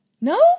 no